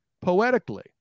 poetically